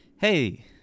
hey